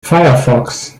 firefox